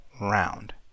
round